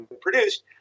produced